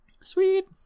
Sweet